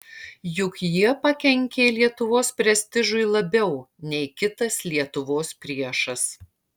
juk jie pakenkė lietuvos prestižui labiau nei kitas lietuvos priešas